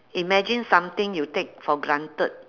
imagine something you take for granted